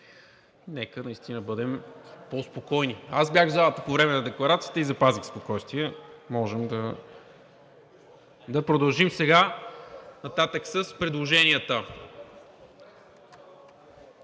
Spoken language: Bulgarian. Нека наистина бъдем по спокойни. Аз бях в залата по време на декларацията и запазих спокойствие. Можем да продължим сега нататък с предложенията.